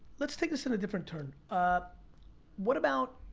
let's take this in a different turn. um what about,